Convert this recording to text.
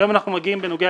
מה אתם רוצים מאיתנו?